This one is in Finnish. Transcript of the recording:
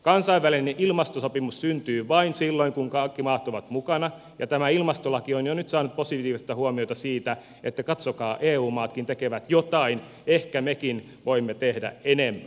kansainvälinen ilmastosopimus syntyy vain silloin kun kaikki maat ovat mukana ja tämä ilmastolaki on jo nyt saanut positiivista huomiota että katsokaa eu maatkin tekevät jotain ehkä mekin voimme tehdä enemmän